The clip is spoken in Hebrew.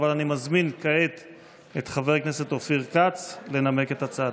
אבל אני מזמין כעת את חבר הכנסת אופיר כץ לנמק את הצעתו.